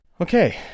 Okay